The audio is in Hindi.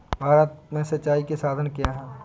भारत में सिंचाई के साधन क्या है?